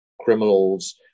criminals